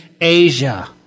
Asia